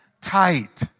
tight